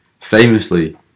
famously